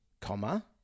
comma